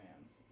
fans